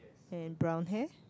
and brown hair